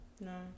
No